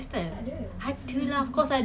tak ada